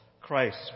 Christ